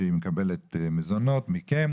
שהיא מקבלת מזונות מכם.